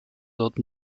dort